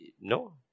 no